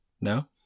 No